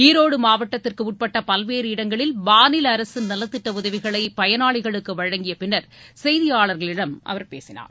ஈரோடு மாவட்டத்திற்கு உட்பட்ட பல்வேறு இடங்களில் மாநில அரசின் நலத்திட்ட உதவிகளை பயனாளிகளுக்கு வழங்கிய பின்னர் செய்தியாளர்களிடம் அவர் பேசினார்